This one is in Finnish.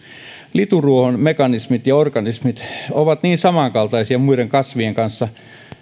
lituruohon mekanismit ja organismit ovat niin samankaltaisia muiden kasvien